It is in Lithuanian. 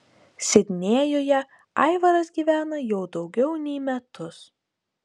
sidnėjuje aivaras gyvena jau daugiau nei metus